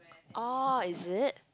oh is it